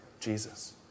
Jesus